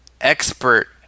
expert